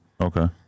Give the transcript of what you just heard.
Okay